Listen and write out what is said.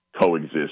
coexist